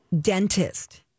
dentist